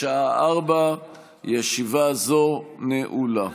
עברה בקריאה הראשונה ותועבר לוועדת